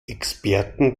experten